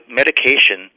medication